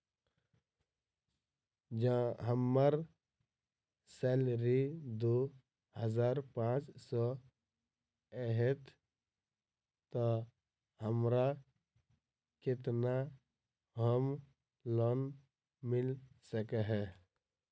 जँ हम्मर सैलरी दु हजार पांच सै हएत तऽ हमरा केतना होम लोन मिल सकै है?